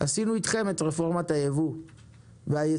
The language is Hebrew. עשינו איתכם את רפורמת הייבוא והייצוא,